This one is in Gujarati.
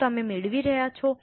શું તમે મેળવી રહ્યા છો